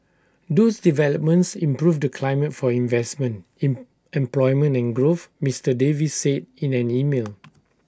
those developments improve the climate for investment in employment and growth Mister Davis said in an email